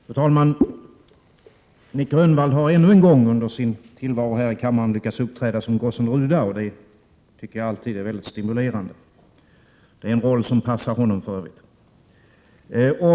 Fru talman! Nic Grönvall har ännu en gång under sin tillvaro i kammaren lyckats uppträda som gossen Ruda, och det tycker jag alltid är stimulerande. Det är för övrigt en roll som passar honom.